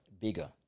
bigger